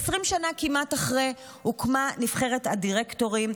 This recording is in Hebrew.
אחרי כמעט 20 שנה הוקמה נבחרת הדירקטורים,